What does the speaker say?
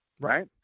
right